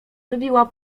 wybiła